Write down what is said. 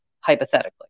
hypothetically